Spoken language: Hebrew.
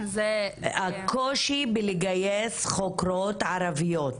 הקושי בלגייס חוקרות ערביות.